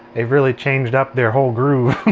they've really changed up their whole groove!